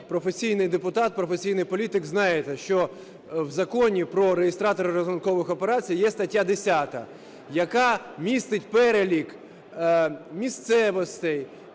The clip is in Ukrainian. професійний депутат, професійний політик, знаєте, що в Законі про реєстратора рахункових операцій є стаття 10, яка містить перелік місцевостей,